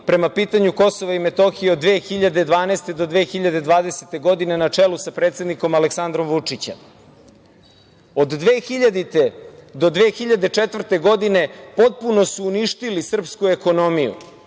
prema pitanju Kosova i Metohije od 2012. do 2020. godine na čelu sa predsednikom Aleksandrom Vučićem. Od 2000. do 2004. godine potpuno su uništili srpsku ekonomiju.